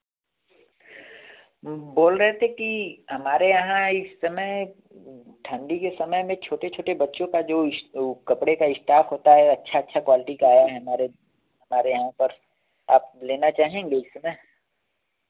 बोल रहे थे कि हमारे यहाँ इस समय ठण्डी के समय में छोटे छोटे बच्चों का जो इस वह कपड़े का इश्टाप होता है अच्छा अच्छा क्वालटी का आया है हमारे हमारे यहाँ पर आप लेना चाहेंगे इस समय